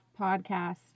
podcast